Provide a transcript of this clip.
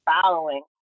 following